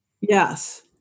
Yes